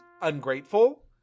ungrateful